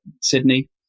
Sydney